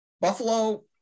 Buffalo